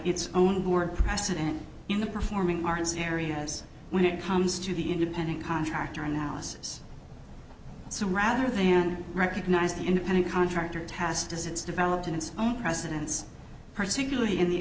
its own board precedents in the performing arts areas when it comes to the independent contractor analysis so rather than recognize the independent contractor task as it's developed in its own presidents particularly in the